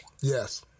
Yes